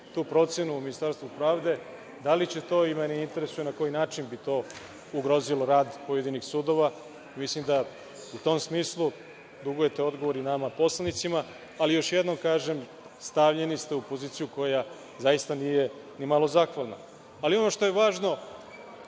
tu procenu u Ministarstvu pravde? Da li će to, i mene interesuje, na koji način bi to ugrozilo rad pojedinih sudova? Mislim da u tom smislu dugujete odgovor i nama poslanicima, ali još jednom kažem, stavljeni ste u poziciju koja zaista nije nimalo zahvalna. Ono što je važno